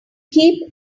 keep